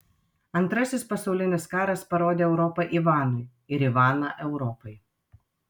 antrasis pasaulinis karas parodė europą ivanui ir ivaną europai